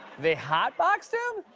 they hotboxed him?